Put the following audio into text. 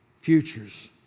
futures